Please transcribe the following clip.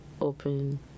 open